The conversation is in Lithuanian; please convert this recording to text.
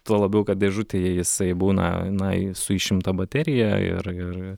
tuo labiau kad dėžutėje jisai būna na su išimta baterija ir ir